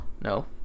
No